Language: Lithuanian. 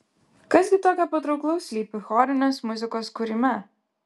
kas gi tokio patrauklaus slypi chorinės muzikos kūrime